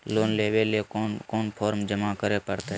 Loan लेवे ले कोन कोन फॉर्म जमा करे परते?